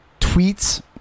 tweets